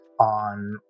on